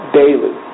daily